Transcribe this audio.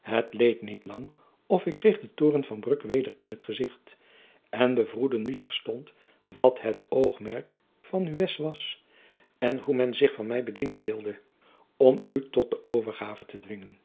het leed niet lang of ik kreeg den toren van bruck weder in t gezicht en bevroedde nu terstond wat het oogmerk van nunez was en hoe men zich van mij bedienen wilde om u tot de overgave te dwingen